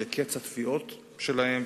שערב הבחירות נוצרה עמימות מסוימת בסוגיה הזאת,